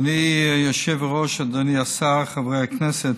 אדוני היושב-ראש, אדוני השר, חברי הכנסת,